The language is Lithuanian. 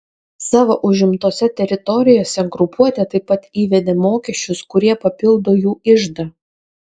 savo užimtose teritorijose grupuotė taip pat įvedė mokesčius kurie papildo jų iždą